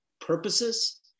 purposes